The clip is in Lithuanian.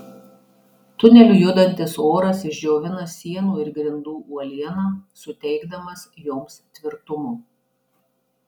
tuneliu judantis oras išdžiovina sienų ir grindų uolieną suteikdamas joms tvirtumo